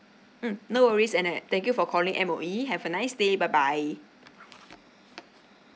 mm no worries and uh thank you for calling M_O_E have a nice day bye bye